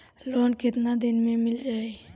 Loan कितना दिन में मिल जाई?